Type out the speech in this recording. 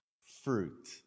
fruit